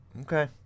Okay